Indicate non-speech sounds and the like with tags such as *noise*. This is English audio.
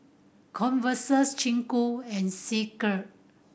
Converse *unintelligible* Ku and *unintelligible*